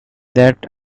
that